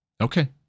Okay